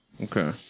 Okay